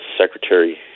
secretary